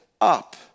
up